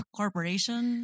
corporation